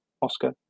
oscar